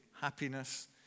happiness